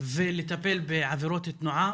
ולטפל בעבירות תנועה,